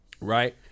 Right